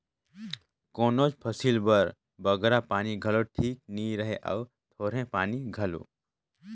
कोनोच फसिल बर बगरा पानी घलो ठीक नी रहें अउ थोरहें पानी घलो